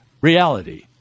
reality